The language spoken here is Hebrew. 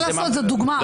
מה לעשות, זה דוגמה.